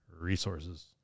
resources